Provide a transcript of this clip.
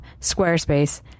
Squarespace